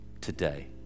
today